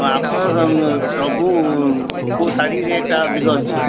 ହଁ ଆପଣଙ୍କ ସବୁ କେଉଁ ଶାଢ଼ୀ ରେଟଟା ଅଧିକ ଅଛି